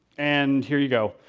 and here you go.